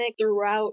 throughout